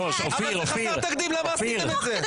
אבל זה חסר תקדים, למה עשיתם את זה?